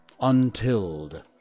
untilled